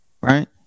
right